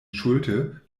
schulte